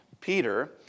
Peter